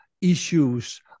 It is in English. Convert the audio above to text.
issues